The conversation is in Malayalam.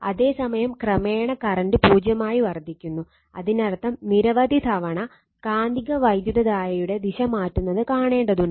അതേ സമയം ക്രമേണ കറന്റ് പൂജ്യമായി കുറയ്ക്കുന്നു അതിനർത്ഥം നിരവധി തവണ കാന്തിക വൈദ്യുതധാരയുടെ ദിശ മാറ്റുന്നത് കാണേണ്ടതുണ്ട്